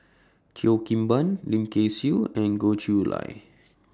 Cheo Kim Ban Lim Kay Siu and Goh Chiew Lye